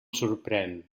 sorprèn